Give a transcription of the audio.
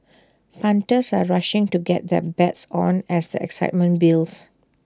punters are rushing to get their bets on as the excitement builds